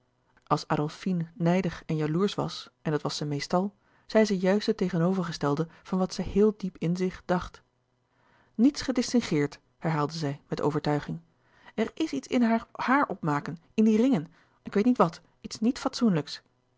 adolfine nijdig en jaloersch was en dat was ze meestal zei ze juist het tegenovergestelde van wat ze heel diep in zich dacht niets gedistingeerd herhaalde zij met overtuiging er is iets in haar haar opmaken in die ringen ik weet niet wat iets niet fatsoenlijks